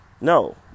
No